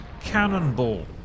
cannonball